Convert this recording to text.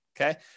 Okay